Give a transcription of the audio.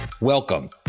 Welcome